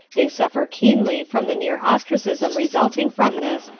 they suffer keenly from the near-ostracism resulting from this,